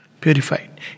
purified